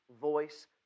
voice